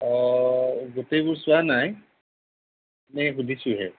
গোটেইবোৰ চোৱা নাই এনেকৈ সুধিছোঁহে